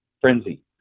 frenzy